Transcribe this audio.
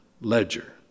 ledger